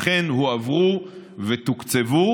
אכן הועברו ותוקצבו.